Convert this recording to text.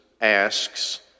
asks